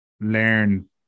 learn